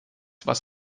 was